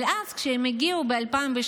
אבל אז, כשהם הגיעו ב-2018,